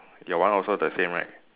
your one also the same right